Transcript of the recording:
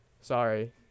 Sorry